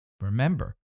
Remember